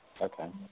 Okay